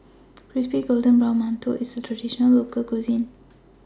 Crispy Golden Brown mantou IS A Traditional Local Cuisine